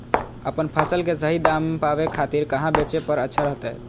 अपन फसल के सही दाम पावे खातिर कहां बेचे पर अच्छा रहतय?